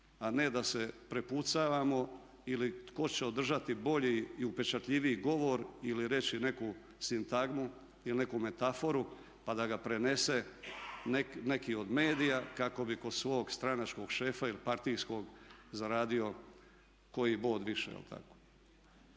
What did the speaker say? a ne da se prepucavamo ili tko će održati bolji i upečatljiviji govor ili reći neku sintagmu ili neku metaforu pa da ga prenese neki od medija kako bi kod svog stranačkog šefa ili partijskog zaradio koji bod više jel' tako.